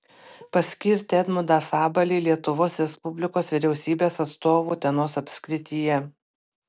paskirti edmundą sabalį lietuvos respublikos vyriausybės atstovu utenos apskrityje